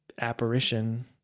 apparition